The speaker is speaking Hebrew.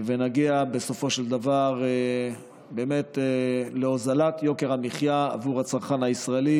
ונגיע בסופו של דבר להורדת יוקר המחיה עבור הצרכן הישראלי.